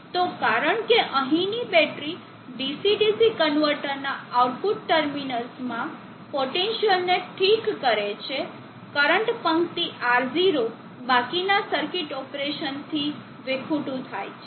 તો કારણ કે અહીંની બેટરી DC DC કન્વર્ટરના આઉટપુટ ટર્મિનલ્સમાં પોટેન્સીઅલને ઠીક કરે છે કરંટ પંક્તિ R0 બાકીના સર્કિટ ઓપરેશનથી વિખૂટું થાય છે